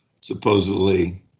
supposedly